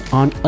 on